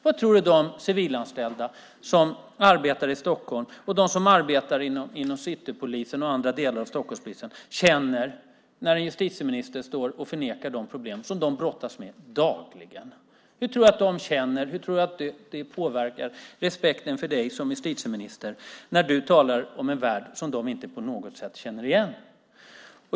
Vad tror du de civilanställda som arbetar i Stockholm, liksom de som arbetar inom Citypolisen och andra delar av Stockholmspolisen, känner när justitieministern förnekar de problem som de dagligen brottas med? Hur tror du att de känner sig? Hur tror du att det påverkar respekten för dig som justitieminister när du talar om en värld som de inte på något sätt känner igen?